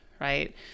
right